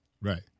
right